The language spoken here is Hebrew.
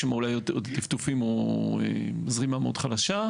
יש שם אולי עוד טפטופים או זרימה מאוד חלשה.